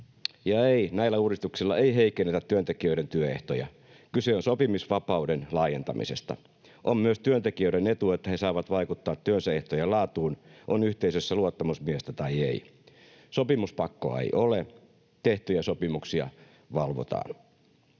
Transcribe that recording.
Ja ei, näillä uudistuksilla ei heikennetä työntekijöiden työehtoja. Kyse on sopimisvapauden laajentamisesta. On myös työntekijöiden etu, että he saavat vaikuttaa työnsä ehtojen laatuun, on yhteisössä luottamusmiestä tai ei. Sopimuspakkoa ei ole. Tehtyjä sopimuksia valvotaan.